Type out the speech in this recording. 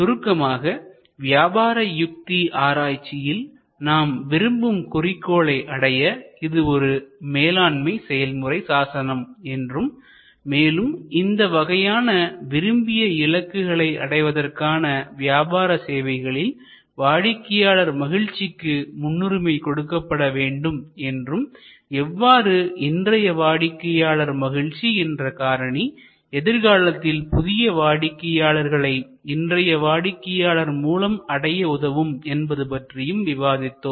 சுருக்கமாக வியாபார யுக்தி ஆராய்ச்சியில்நாம் விரும்பும் குறிக்கோளை அடைய இது ஒரு மேலாண்மை செயல்முறை சாசனம் என்றும் மேலும் இந்த வகையான விரும்பிய இலக்குகளை அடைவதற்கான வியாபார சேவைகளில் வாடிக்கையாளர் மகிழ்ச்சிக்கு முன்னுரிமை கொடுக்கப்பட வேண்டும் என்றும் எவ்வாறு இன்றைய வாடிக்கையாளர் மகிழ்ச்சி என்ற காரணி எதிர்காலத்தில் புதிய வாடிக்கையாளர்களை இன்றைய வாடிக்கையாளர் மூலம் அடைய உதவும் என்பது பற்றியும் விவாதித்தோம்